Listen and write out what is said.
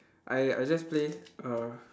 I I'll just play uh